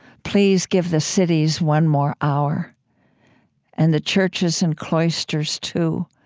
please give the cities one more hour and the churches and cloisters two.